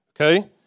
Okay